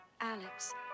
Alex